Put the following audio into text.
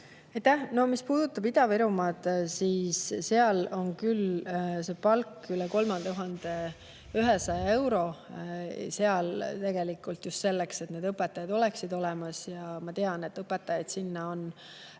Mis puudutab Ida-Virumaad, siis seal on küll see palk üle 3100 euro tegelikult, just selleks, et õpetajad oleksid seal olemas. Ma tean, et õpetajaid on